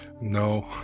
No